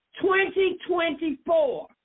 2024